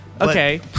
Okay